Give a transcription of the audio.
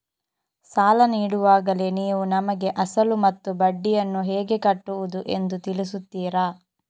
ಸಾಲ ನೀಡುವಾಗಲೇ ನೀವು ನಮಗೆ ಅಸಲು ಮತ್ತು ಬಡ್ಡಿಯನ್ನು ಹೇಗೆ ಕಟ್ಟುವುದು ಎಂದು ತಿಳಿಸುತ್ತೀರಾ?